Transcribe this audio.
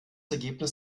ergebnis